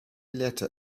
letter